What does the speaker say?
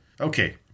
Okay